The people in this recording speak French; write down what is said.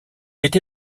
été